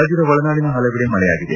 ರಾಜ್ಯದ ಒಳನಾಡಿನ ಪಲವೆಡೆ ಮಳೆಯಾಗಿದೆ